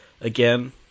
again